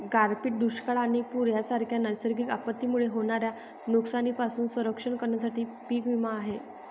गारपीट, दुष्काळ आणि पूर यांसारख्या नैसर्गिक आपत्तींमुळे होणाऱ्या नुकसानीपासून संरक्षण करण्यासाठी पीक विमा आहे